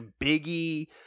Biggie